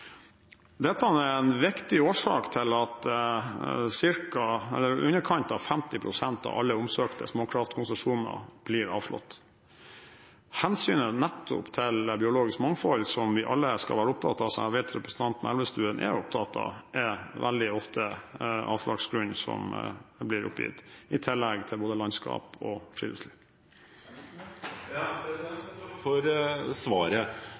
Dette er en viktig årsak til at i underkant av 50 pst. av alle omsøkte småkraftkonsesjoner blir avslått. Nettopp hensynet til biologisk mangfold, som vi alle skal være opptatt av, og som jeg vet representanten Elvestuen er opptatt av, er veldig ofte oppgitt avslagsgrunn, i tillegg til både landskap og friluftsliv. Jeg takker for svaret.